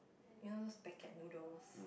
you know those packet noodles